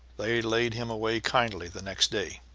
they laid him away kindly the next day.